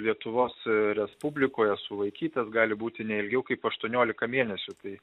lietuvos respublikoje sulaikytas gali būti ne ilgiau kaip aštuoniolika mėnesių tai